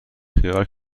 خیال